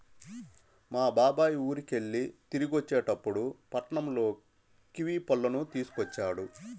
మా బాబాయ్ ఊరికెళ్ళి తిరిగొచ్చేటప్పుడు పట్నంలో కివీ పళ్ళను తీసుకొచ్చాడు